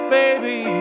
baby